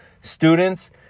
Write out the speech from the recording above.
Students